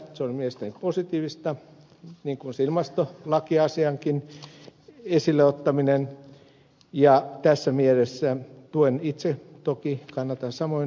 se on mielestäni positiivista niin kuin se ilmastolakiasiankin esille ottaminen ja tässä mielessä tuen itse toki kannatan samoin ed